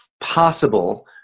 possible